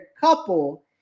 couple